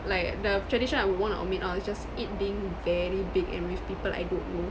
like the tradition I would want to omit out is just it being very big and with people I don't know